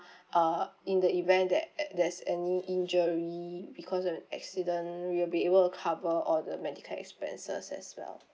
uh in the event that err there's any injury because of an accident we will be able to cover all the medical expenses as well